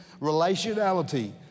relationality